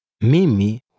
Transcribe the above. Mimi